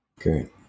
Okay